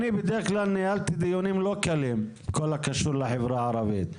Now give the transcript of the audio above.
אני בדרך כלל ניהלתי דיונים לא קלים בכל הקשור לחברה הערבית,